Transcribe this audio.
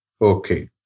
Okay